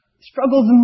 struggles